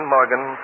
Morgan